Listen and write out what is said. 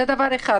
זה דבר אחד.